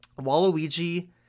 Waluigi